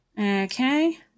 Okay